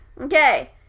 Okay